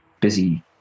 busy